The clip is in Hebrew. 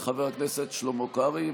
לחבר הכנסת שלמה קרעי,